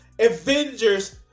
Avengers